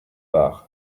par